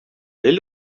they